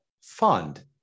fund